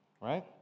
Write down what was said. right